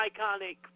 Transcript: iconic